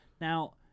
Now